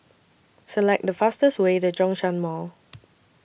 Select The fastest Way to Zhongshan Mall